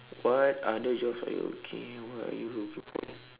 what other jobs are you looking at what are you looking